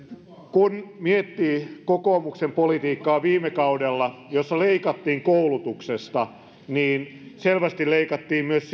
kun miettii kokoomuksen politiikkaa viime kaudella jossa leikattiin koulutuksesta niin selvästi leikattiin myös